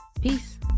peace